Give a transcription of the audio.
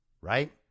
right